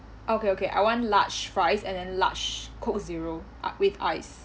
okay okay I want large fries and then large coke zero ac~ with ice